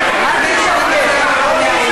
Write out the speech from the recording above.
פעם אחרונה,